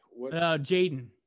Jaden